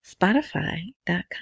Spotify.com